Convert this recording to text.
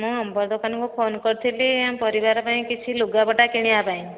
ମୁଁ ଅମ୍ବର ଦୋକାନ କୁ ଫୋନ କରିଥିଲି ଆମ ପରିବାର ପାଇଁ କିଛି ଲୁଗା ପଟା କିଣିବା ପାଇଁ